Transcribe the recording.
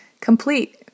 complete